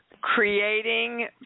creating